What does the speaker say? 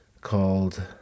called